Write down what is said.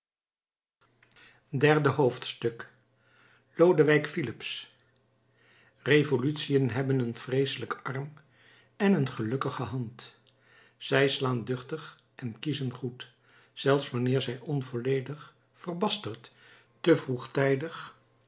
derde hoofdstuk lodewijk filips revolutiën hebben een vreeselijken arm en een gelukkige hand zij slaan duchtig en kiezen goed zelfs wanneer zij onvolledig verbasterd te vroegtijdig